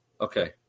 Okay